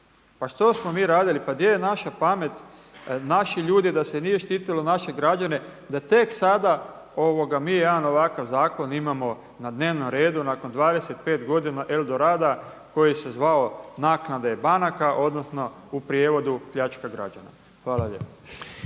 Pa što smo mi radili, pa gdje je naša pamet, naši ljudi da se nije štitilo naše građane, da tek sada mi jedan ovakav zakon imamo na dnevnom redu nakon 25 godina El Dorada koji se zvao naknade banaka odnosno u prijevodu pljačka građana. Hvala lijepo.